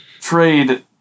trade